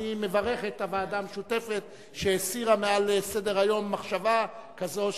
אני מברך את הוועדה המשותפת שהסירה מעל סדר-היום מחשבה כזאת,